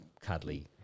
cuddly